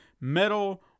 metal